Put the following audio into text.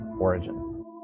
origin